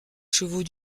chevaux